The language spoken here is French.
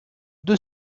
deux